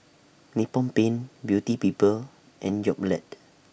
Nippon Paint Beauty People and Yoplait